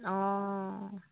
অঁ